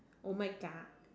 oh my God